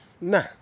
nah